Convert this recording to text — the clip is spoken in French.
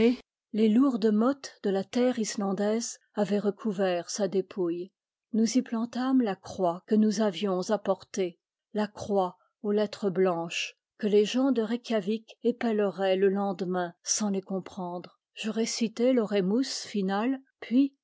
les lourdes mottes de la terre islandaise avaient recouvert sa dépouille nous y plantâmes la croix que nous avions apportée la croix aux lettres blanches que les gens de reikiavik épelleraient le lendemain sans les comprendre je récitai l'oremus final puis